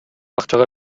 акчага